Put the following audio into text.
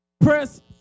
Press